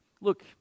Look